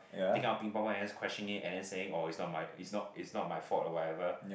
taking our Ping Pong ball and just crushing it and then saying oh it's not my it's not it's not my fault or whatever